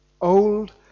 old